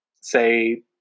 say